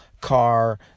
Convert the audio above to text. car